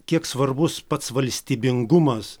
kiek svarbus pats valstybingumas